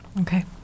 Okay